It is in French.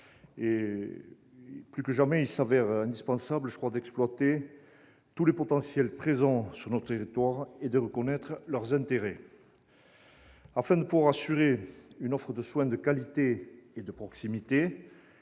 plus que jamais indispensable d'exploiter tous les potentiels présents sur nos territoires et de reconnaître leurs intérêts. Afin de pouvoir assurer une offre de soins de qualité et de proximité,